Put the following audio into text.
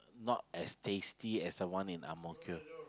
no as tasty as the one in Ang-Mo-Kio